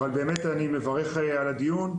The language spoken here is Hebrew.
אבל אני באמת מברך על הדיון,